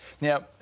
Now